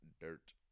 Dirt